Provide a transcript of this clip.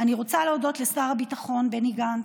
אני רוצה להודות לשר הביטחון בני גנץ,